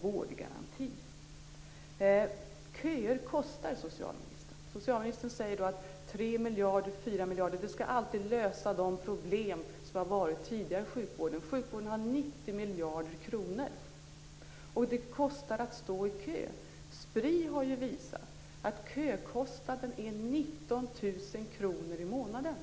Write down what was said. vårdgaranti. Köer kostar, socialministern. Socialministern säger att 3-4 miljarder skall lösa de problem som funnits tidigare i sjukvården. Sjukvården förfogar över 90 miljarder kronor. Det kostar att stå i kö. Spri har visat att kökostnaden är 19 000 kr i månaden.